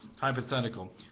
hypothetical